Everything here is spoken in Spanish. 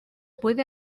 puede